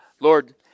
Lord